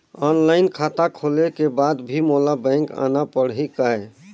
Online खाता खोले के बाद भी मोला बैंक आना पड़ही काय?